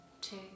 two